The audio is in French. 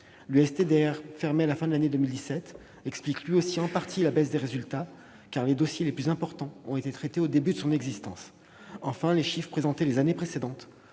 du STDR, à la fin de l'année 2017, explique en partie la baisse des résultats, car les dossiers les plus importants ont été traités au début de son existence. Enfin, les chiffres présentés au titre des années précédentes